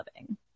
living